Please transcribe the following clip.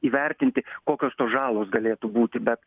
įvertinti kokios tos žalos galėtų būti bet